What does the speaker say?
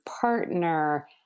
partner